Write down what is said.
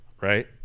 right